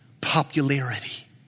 popularity